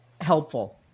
helpful